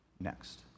next